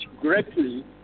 greatly